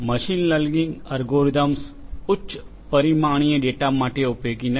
machine learning algorithms ઉચ્ચ પરિમાણીય data માટે ઉપયોગી નથી